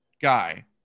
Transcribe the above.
guy